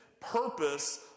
purpose